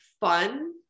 fun